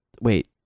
Wait